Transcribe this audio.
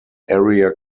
area